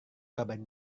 kabar